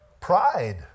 Pride